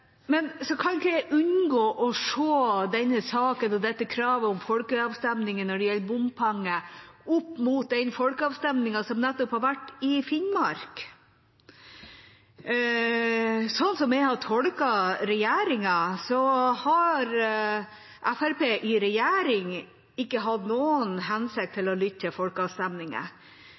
Men jeg kan ikke unngå å se denne saken og dette kravet om folkeavstemning når det gjelder bompenger, opp mot den folkeavstemningen som nettopp har vært i Finnmark. Slik jeg har tolket regjeringen, har Fremskrittspartiet i regjering ikke hatt til hensikt å lytte til folkeavstemninger.